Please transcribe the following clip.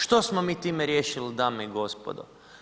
Što smo mi time riješili dame i gospodo?